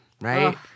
right